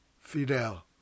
Fidel